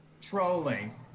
trolling